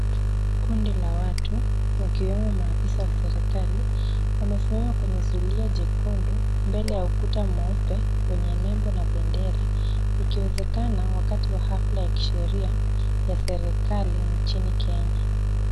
Kundi la watu wakiwemo maafisa wa serikali wamesimama kwenye zulia jekundu mbele ya ukuta mweupe wenye nembo na bendera ikiwezekana wakati wa hafla ya kisheria ya serikali nchini Kenya.